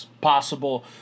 possible